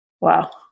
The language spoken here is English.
Wow